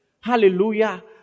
Hallelujah